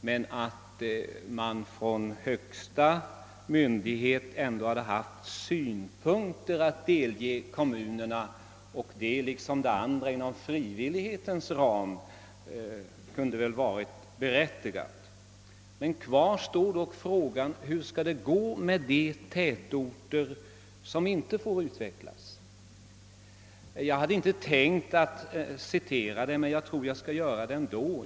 Men den högsta myndigheten borde väl ändå ha haft synpunkter att delge kommunerna liksom i tidigare fall inom frivillighetens ram. Kvar står frågan: Hur skall det gå med de tätorter som inte får utvecklas? Jag hade inte tänkt att citera något, men jag tror att jag skall göra det ändå.